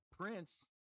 prince